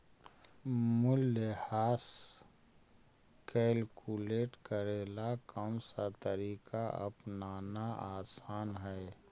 मूल्यह्रास कैलकुलेट करे ला कौनसा तरीका अपनाना आसान हई